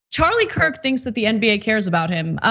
charlie kirk things that the and nba cares about him.